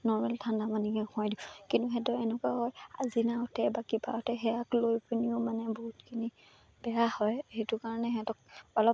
normal ঠাণ্ডাপানীকে খুৱাই দিওঁ কিন্তু সিহঁতৰ এনেকুৱা হয় আজি নহওঁতে বা কিবা হওঁতে সেয়াক লৈ পিনিও মানে বহুতখিনি বেয়া হয় সেইটো কাৰণে সিহঁতক অলপ